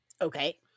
Okay